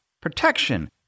protection